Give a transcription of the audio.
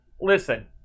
listen